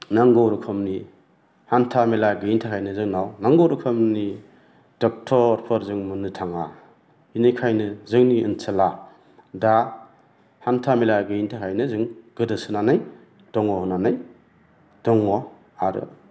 नांगौ रोखोमनि हान्था मेला गैयैनि थाखायनो जोंनाव नांगौ रोखोमनि डक्टरफोर जों मोन्नो थाङा बेनिखायनो जोंनि ओनसोला दा हान्था मेला गैयैनि थाखायनो जों गोदोसोनानै दङ होन्नानै दङ आरो